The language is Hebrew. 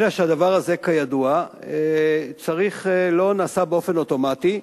אלא שהדבר הזה, כידוע, לא נעשה באופן אוטומטי,